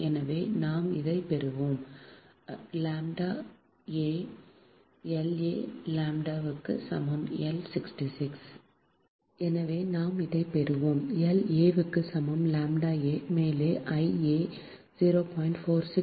எனவே நாம் எதைப் பெறுவோம் L a க்கு சமம் λa மேலே I a 0